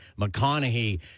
McConaughey